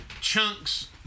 chunks